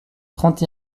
trente